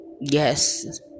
Yes